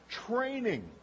Training